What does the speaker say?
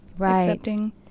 accepting